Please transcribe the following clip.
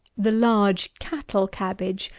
the large cattle-cabbage,